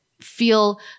feel